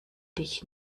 dich